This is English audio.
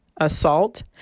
assault